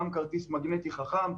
שם כרטיס מגנטי חכם,